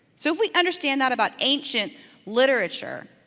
so if we understand that about ancient literature,